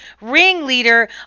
ringleader